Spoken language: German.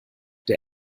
der